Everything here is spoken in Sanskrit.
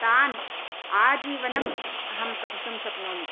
तान् आजीवनम् अहं पठितुं शक्नोमि